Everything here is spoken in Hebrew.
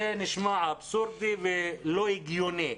זה אבסורד ולא הגיוני,